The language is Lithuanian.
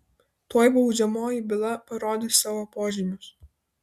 tuoj baudžiamoji byla parodys savo požymius